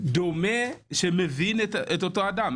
דומה שמבין את אותו אדם.